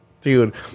dude